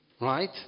Right